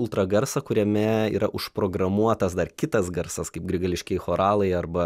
ultragarsą kuriame yra užprogramuotas dar kitas garsas kaip grigališkieji choralai arba